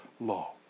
law